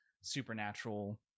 supernatural